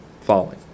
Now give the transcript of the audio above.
falling